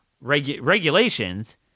regulations